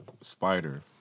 Spider